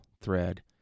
thread